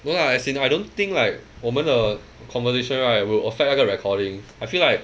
no lah as in I don't think like 我们的 conversation right will affect 那个 recording I feel like